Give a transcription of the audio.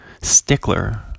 stickler